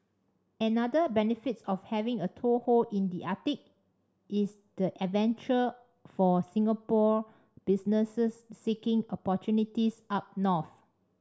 another benefit of having a toehold in the Arctic is the adventure for Singapore businesses seeking opportunities up north